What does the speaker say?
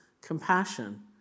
compassion